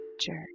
jerk